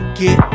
get